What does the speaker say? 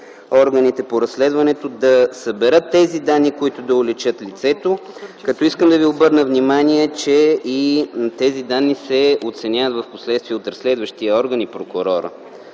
органите по разследването да съберат тези данни, които да уличат лицето. Като искам да ви обърна внимание, че и тези данни се оценяват впоследствие от разследващия орган и прокурора.